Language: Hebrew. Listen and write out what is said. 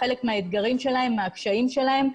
חלק מהאתגרים שלהם ומהקשיים שלהם.